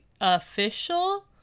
official